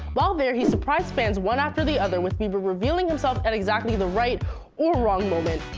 while there he surprised fans one after the other with bieber revealing himself at exactly the right or wrong moment.